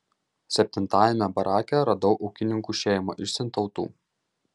septintajame barake radau ūkininkų šeimą iš sintautų